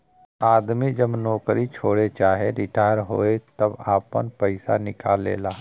आदमी जब नउकरी छोड़े चाहे रिटाअर होए तब आपन पइसा निकाल लेला